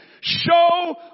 show